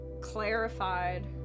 clarified